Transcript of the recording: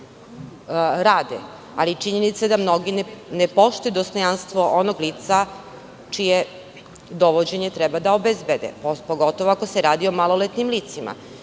ali činjenica je da mnogi ne poštuju dostojanstvo onog lica čije dovođenje treba da obezbede, pogotovo ako se radi o maloletnim licima. Odredba